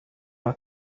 biri